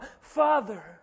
Father